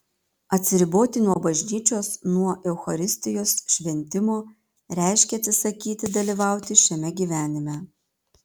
atsiriboti nuo bažnyčios nuo eucharistijos šventimo reiškia atsisakyti dalyvauti šiame gyvenime